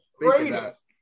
greatest